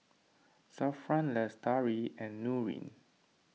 Zafran Lestari and Nurin